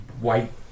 White